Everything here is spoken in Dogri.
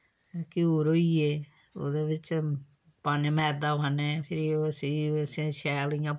क्यूर होइये ओह्दे बिच्च पान्ने मैदा पान्ने फ्ही उस्सी असैं शैल इ'यां